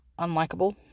unlikable